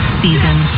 season